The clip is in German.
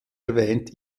erwähnt